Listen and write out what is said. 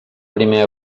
primer